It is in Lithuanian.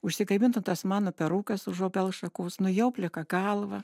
užsikabinto tas mano perukas už obels šakos nuėjau plika galva